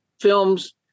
films